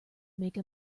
make